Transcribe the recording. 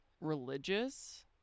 religious